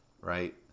right